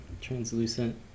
translucent